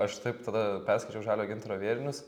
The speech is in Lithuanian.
aš taip tada perskaičiau žalio gintaro vėrinius